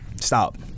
Stop